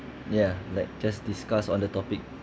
ya let's just discuss on the topic